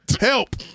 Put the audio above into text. Help